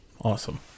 Awesome